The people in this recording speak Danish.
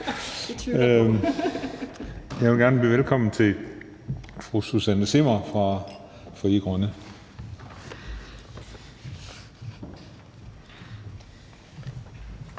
jeg vil gerne byde velkommen til fru Susanne Zimmer fra Frie